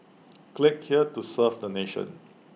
click here to serve the nation